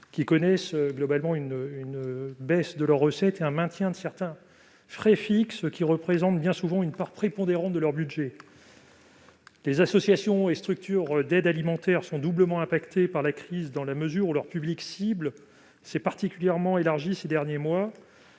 qui sont confrontées à une baisse de leurs recettes et au maintien de certains frais fixes, ces derniers représentant bien souvent une part prépondérante de leur budget. Les associations et structures d'aide alimentaire sont doublement touchées par la crise, dans la mesure où leur public « cible » s'est particulièrement élargi ces derniers mois.